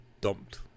dumped